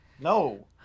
No